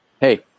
Hey